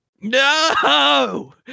no